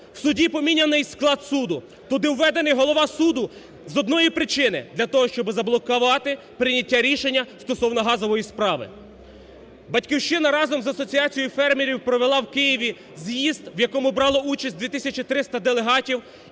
В суді поміняний склад суду, туди введений голова суду з одної причини: для того, щоб заблокувати прийняття рішення стосовно газової справи. "Батьківщина" разом з асоціацією фермерів провела в Києві з'їзд, в якому брало участь дві тисячі 300 делегатів